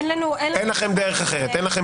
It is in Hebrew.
אין לכם דרך אחרת?